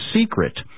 secret